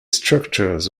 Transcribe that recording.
structures